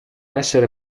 essere